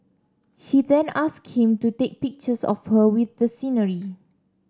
she then asked him to take pictures of her with the scenery